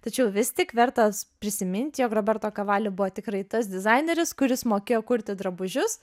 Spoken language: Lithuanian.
tačiau vis tik vertas prisiminti jog roberto kavali buvo tikrai tas dizaineris kuris mokėjo kurti drabužius